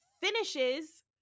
finishes